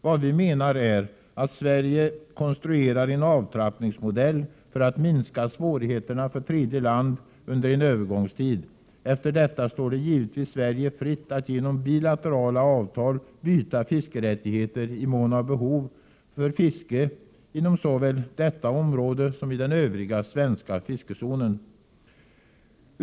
Vad vi menar är att Sverige skall konstruera en avtrappningsmodell för att minska svårigheterna för tredje land under en övergångstid. Efter denna tid står det givetvis Sverige fritt att genom bilaterala avtal i mån av behov byta fiskerättigheter för fiske inom såväl detta område som inom den övriga svenska fiskezonen.